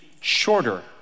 shorter